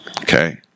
Okay